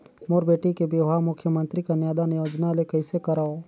मोर बेटी के बिहाव मुख्यमंतरी कन्यादान योजना ले कइसे करव?